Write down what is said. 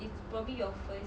it's probably your first